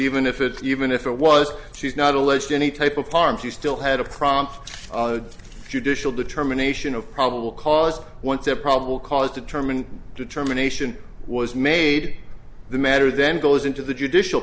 even if it's even if it was she's not alleged any type of harms you still had a prompt judicial determination of probable cause once the probable cause determined determination was made the matter then goes into the judicial